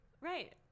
Right